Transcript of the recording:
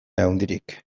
handirik